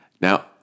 Now